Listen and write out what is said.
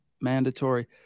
mandatory